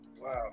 Wow